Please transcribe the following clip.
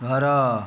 ଘର